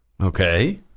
okay